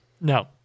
No